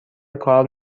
کار